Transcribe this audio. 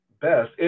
best